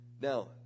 Now